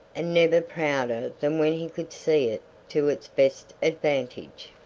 and never prouder than when he could see it to its best advantage.